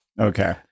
Okay